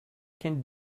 can